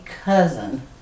cousin